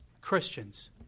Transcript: Christians